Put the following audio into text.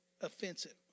offensive